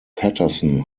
patterson